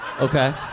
Okay